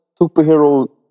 superhero